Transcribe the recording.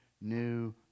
new